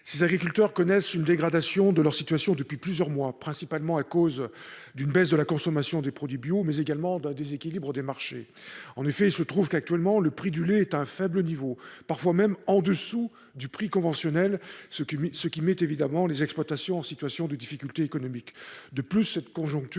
ces agriculteurs connaissent une dégradation de leur situation depuis plusieurs mois principalement à cause d'une baisse de la consommation des produits bio, mais également d'un déséquilibre des marchés, en effet, il se trouve qu'actuellement le prix du lait est un faible niveau, parfois même en dessous du prix conventionnel, ce qui ce qui m'est évidemment les exploitations en situation de difficultés économiques